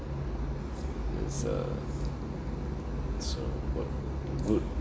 is a is a what good